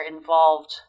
involved